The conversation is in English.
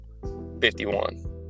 51